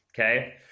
Okay